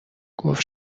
گفته